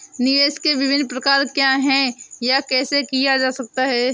निवेश के विभिन्न प्रकार क्या हैं यह कैसे किया जा सकता है?